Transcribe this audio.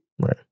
Right